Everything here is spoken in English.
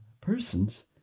persons